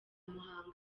muhango